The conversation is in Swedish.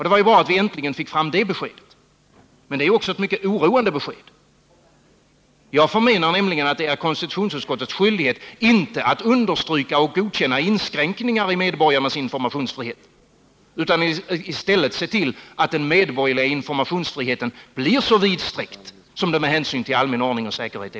— Det var ju bra att vi äntligen fick fram det beskedet! Men det är också ett mycket oroande besked. Jag förmenar nämligen att konstitutionsutskottets skyldighet inte är att understryka och godkänna inskränkningar i medborgarnas informationsfrihet, utan i stället att se till att den medborgerliga informationsfriheten blir så vidsträckt som möjligt med hänsyn till allmän ordning och säkerhet.